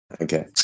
Okay